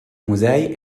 musei